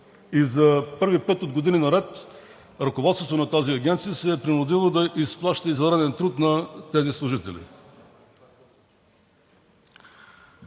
за първи път от години наред ръководството на тази агенция се е принудило да изплаща извънреден труд на тези служители.